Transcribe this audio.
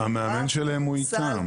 כדורסל,